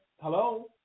Hello